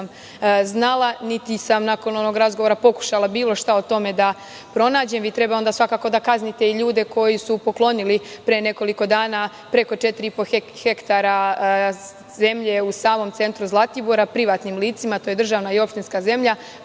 niti sam nakon onog razgovora pokušala bilo šta o tome da pronađem, onda svakako treba da kaznite i ljude koji su poklonili pre nekoliko dana preko 4,5 hektara zemlje u samom centru Zlatibora privatnim licima, a to je državna i opštinska zemlja,